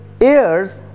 ears